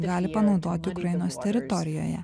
gali panaudoti ukrainos teritorijoje